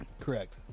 Correct